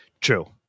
True